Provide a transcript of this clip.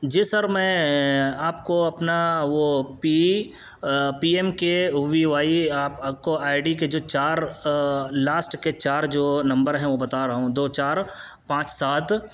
جی sir میں آپ کو اپنا وہ P P M K V Y کو آئی ڈی کے جو چار لاسٹ کے چار جو نمبر ہیں وہ بتا رہا ہوں دو چار پانچ سات